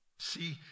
See